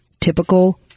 typical